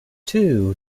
two